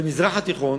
במזרח התיכון,